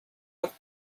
have